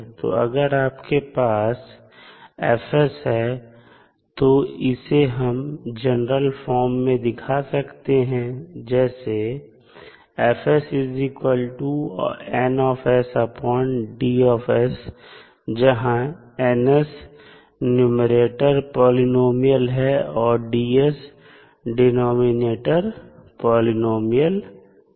तो अगर आपके पास F है तो इसे हम जनरल फार्म में दिखा सकते हैं जैसे जहां N न्यूमैरेटर पॉलिनॉमियल है और D डिनॉमिनेटर पॉलिनॉमियल है